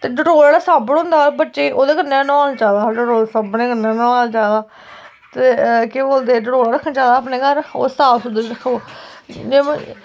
ते डटोल आह्ला साबन होंदा बच्चें गी ओह्दे ने नोहालना चाहिदा सानू साबनै कन्नै नोहालना चाहिदा ते केह् आखदे डटोल रक्खना चाहिदा अपने घर ओह् साफ सुथरे रक्खो